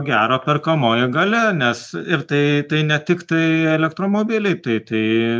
gero perkamoji galia nes ir tai tai ne tiktai elektromobiliai tai tai